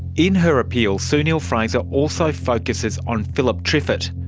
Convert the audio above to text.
in her appeal sue neill-fraser also focuses on phillip triffett,